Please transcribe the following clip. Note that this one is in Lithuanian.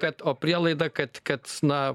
kad o prielaida kad kad na